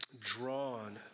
drawn